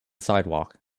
sidewalk